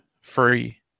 free